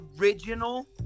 original